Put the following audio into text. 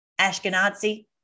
Ashkenazi